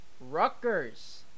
Rutgers